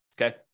Okay